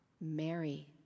Mary